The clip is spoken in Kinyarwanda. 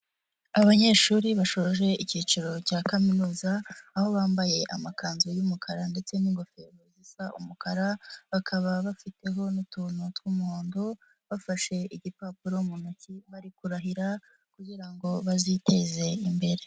Abanyeshuri bashoje ikiciro cya kaminuza aho bambaye amakanzu y'umukara ndetse n'ingofero zisa umukara, bakaba bafiteho n'utuntu tw'umuhondo bafashe igipapuro mu ntoki bari kurahira kugira ngo baziteze imbere.